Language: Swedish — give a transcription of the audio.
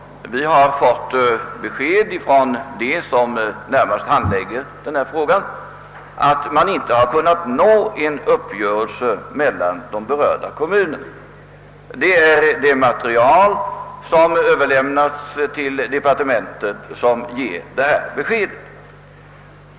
Vi har från dem som närmast handlägger denna fråga fått besked om att en uppgörelse inte kunnat nås mellan de berörda kommunerna; det material som överlämnats till departementet ger detta besked.